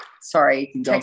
Sorry